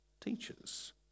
teachers